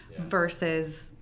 versus